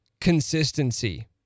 consistency